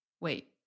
Wait